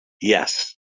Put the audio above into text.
Yes